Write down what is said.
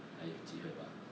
还有机会吧